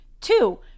Two